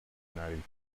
united